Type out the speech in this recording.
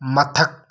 ꯃꯊꯛ